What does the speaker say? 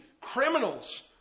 criminals